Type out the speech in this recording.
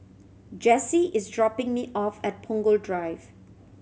Jesse is dropping me off at Punggol Drive